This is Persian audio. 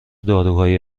داروهایی